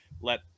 let